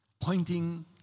pointing